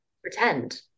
pretend